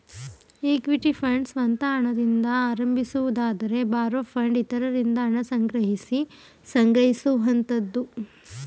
equity fund ಸ್ವಂತ ಹಣದಿಂದ ಆರಂಭಿಸುವುದಾದರೆ ಬಾರೋ ಫಂಡ್ ಇತರರಿಂದ ಹಣ ಸಂಗ್ರಹಿಸಿ ಸಂಗ್ರಹಿಸುವಂತದ್ದು